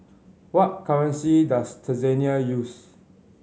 what currency does Tanzania use